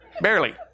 Barely